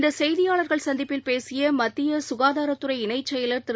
இந்தசெய்தியாளர்கள் சந்திப்பில் பேசியமத்தியசுகாதாரத்துறை இணைச் செயலாளர் திரு